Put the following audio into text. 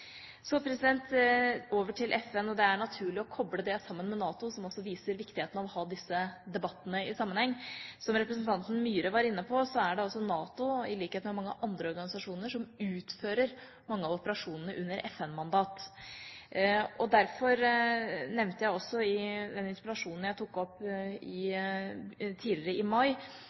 over til FN – og det er naturlig å koble det sammen med NATO, som også viser viktigheten av å ha disse debattene i sammenheng. Som representanten Myhre var inne på, er det NATO, i likhet med mange andre organisasjoner, som utfører mange av operasjonene under FN-mandat. Derfor nevnte jeg også i den interpellasjonen jeg tok opp tidligere, i mai,